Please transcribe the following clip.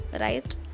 right